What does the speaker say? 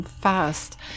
fast